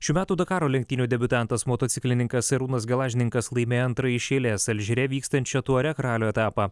šių metų dakaro lenktynių debiutantas motociklininkas arūnas gelažninkas laimėjo antrąjį iš eilės alžyre vykstančio tuareg ralio etapą